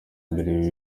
mbere